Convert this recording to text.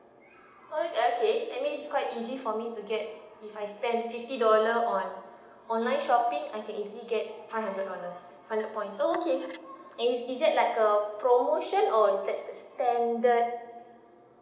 orh okay that means is quite easy for me to get if I spend fifty dollar on online shopping I can easily get five hundred bonus five hundred points so okay and is is there like a promotion or that's the standard